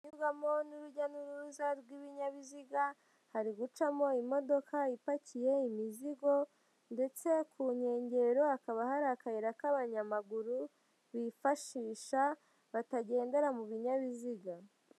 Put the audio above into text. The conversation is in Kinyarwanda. Inyurwamo n'urujya n'uruza rw'ibinyabiziga, hari gucamo imodoka ipakiye imizigo, ndetse ku nkengero hakaba hari akayira k'abanyamaguru bifashisha batagendera mu binyabiziga.